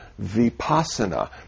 Vipassana